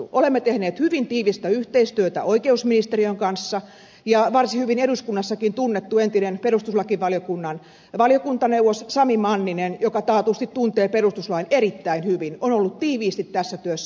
olemme tehneet hyvin tiivistä yhteistyötä oikeusministeriön kanssa ja varsin hyvin eduskunnassakin tunnettu entinen perustuslakivaliokunnan valiokuntaneuvos sami manninen joka taatusti tuntee perustuslain erittäin hyvin on ollut tiiviisti tässä työssä mukana